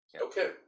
Okay